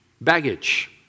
Baggage